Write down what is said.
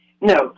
No